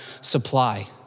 supply